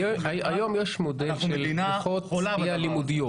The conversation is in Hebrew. היום יש מודל של בריכות שחייה לימודיות.